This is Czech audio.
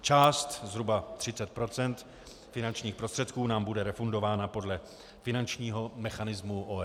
Část, zhruba 30 % finančních prostředků, nám bude refundována podle finančního mechanismu OSN.